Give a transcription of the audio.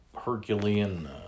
Herculean